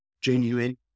genuine